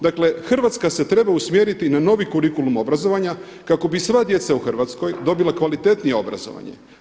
Dakle Hrvatska se treba usmjeriti na novi kurikulum obrazovanja kako bi sva djeca u Hrvatskoj dobila kvalitetnije obrazovanje.